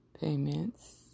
payments